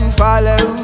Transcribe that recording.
follow